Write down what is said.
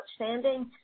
outstanding